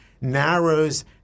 narrows